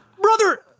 brother